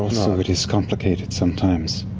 also, it is complicated sometimes,